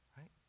right